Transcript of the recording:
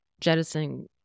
jettisoning